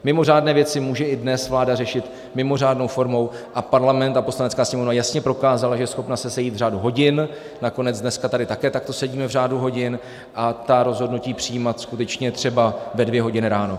Mimořádné věci může i dnes vláda řešit mimořádnou formou a parlament, Poslanecké sněmovna jasně prokázala, že je schopna se sejít v řádu hodin nakonec dneska tady také takto sedíme v řádu hodin a ta rozhodnutí přijímat skutečně třeba ve dvě hodiny ráno.